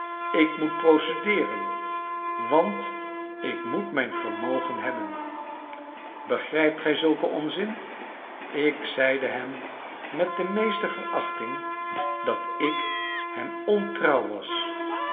ik moet procedeeren want ik moet mijn vermogen hebben begrijpt gij zulken onzin ik zeide hem met de meeste verachting dat ik hem ontrouw was en